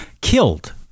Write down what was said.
killed